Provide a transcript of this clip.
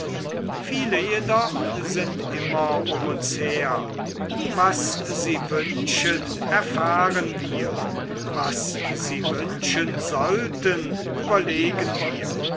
viele jedoch sind immer um uns her was sie wünschen erfahren wir was sie wünschen sollten überlegen wir